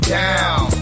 down